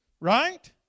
Right